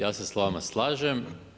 Ja se s vama slažem.